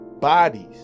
bodies